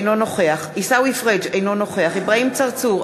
אינו נוכח עיסאווי פריג' אינו נוכח אברהים צרצור,